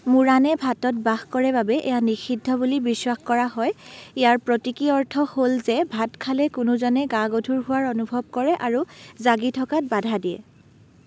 মুৰানে ভাতত বাস কৰে বাবে এয়া নিষিদ্ধ বুলি বিশ্বাস কৰা হয় ইয়াৰ প্ৰতীকী অৰ্থ হ'ল যে ভাত খালে কোনোজনে গা গধুৰ হোৱাৰ অনুভৱ কৰে আৰু জাগি থকাত বাধা দিয়ে